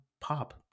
pop